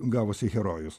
gavosi herojus